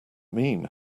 mean